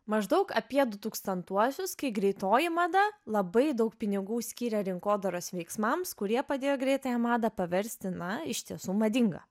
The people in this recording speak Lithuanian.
maždaug apie du tūkstantuosius kai greitoji mada labai daug pinigų skyrė rinkodaros veiksmams kurie padėjo greitąją madą paversti na iš tiesų madinga